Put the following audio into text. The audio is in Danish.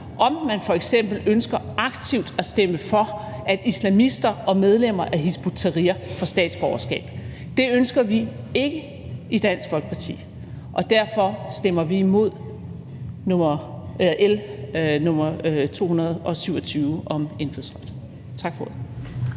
om man f.eks. ønsker aktivt at stemme for, at islamister og medlemmer af Hizb ut-Tahrir får statsborgerskab. Det ønsker vi ikke i Dansk Folkeparti. Derfor stemmer vi imod L 227 om indfødsrets